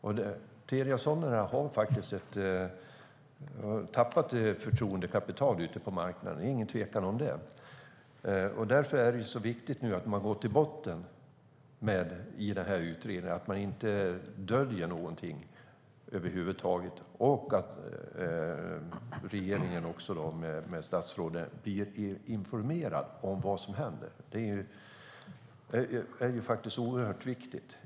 Telia Sonera har tappat förtroendekapital ute på marknaden; det råder ingen tvekan om det. Därför är det viktigt att man nu går till botten i utredningen och inte döljer någonting över huvud taget. Regeringen och statsrådet måste också bli informerade om vad som händer. Det är oerhört viktigt.